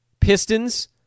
Pistons